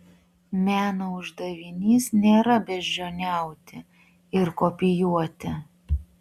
meno uždavinys nėra beždžioniauti ir kopijuoti